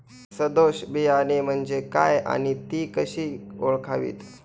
सदोष बियाणे म्हणजे काय आणि ती कशी ओळखावीत?